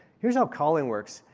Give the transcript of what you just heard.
here's how call in works.